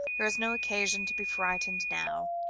there is no occasion to be frightened now.